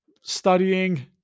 studying